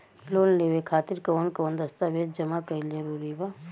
Loan लेवे खातिर कवन कवन दस्तावेज जमा कइल जरूरी बा?